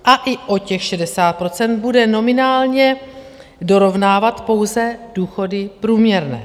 A i o těch 60 % bude nominálně dorovnávat pouze důchody průměrné.